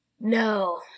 No